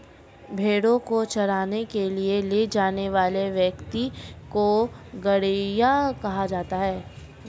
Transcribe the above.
भेंड़ों को चराने के लिए ले जाने वाले व्यक्ति को गड़ेरिया कहा जाता है